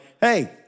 hey